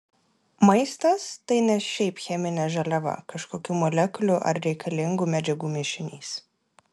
maistas tai ne šiaip cheminė žaliava kažkokių molekulių ar reikalingų medžiagų mišinys